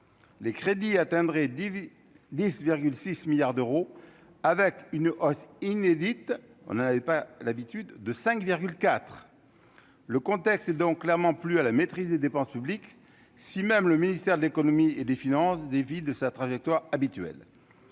les crédits atteindraient dit 10 6 milliards d'euros avec une hausse inédite, on n'en avait pas l'habitude de 5 IV, le contexte est donc clairement plus à la maîtrise des dépenses publiques, si même le ministère de l'Économie et des Finances dévie de sa trajectoire habituelle,